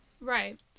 right